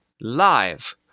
Live